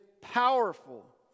powerful